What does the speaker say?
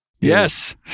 Yes